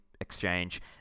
exchange